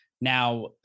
Now